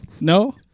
No